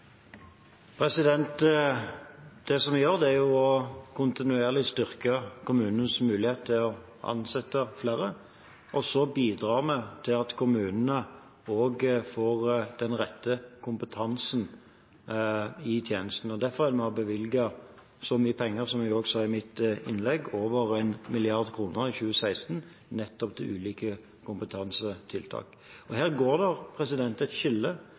Det vi gjør, er kontinuerlig å styrke kommunenes mulighet til å ansette flere. Vi bidrar også til at kommunene får den rette kompetansen i tjenestene. Derfor er det nå bevilget så mye penger – som jeg også sa i mitt innlegg – over 1 mrd. kr i 2016, nettopp til ulike kompetansetiltak. Her går det et skille